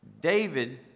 David